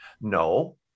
No